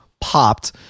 popped